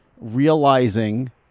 realizing